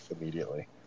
immediately